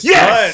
Yes